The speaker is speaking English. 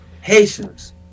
Haitians